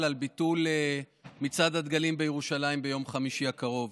על ביטול מצעד הדגלים בירושלים ביום חמישי הקרוב.